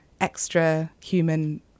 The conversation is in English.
extra-human